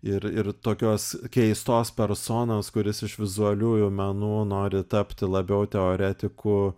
ir ir tokios keistos personos kuris iš vizualiųjų menų nori tapti labiau teoretiku